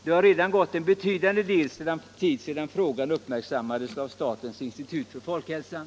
Det har redan gått en betydande tid sedan frågan uppmärksammades av statens institut för folkhälsan.